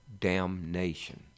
damnation